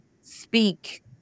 speak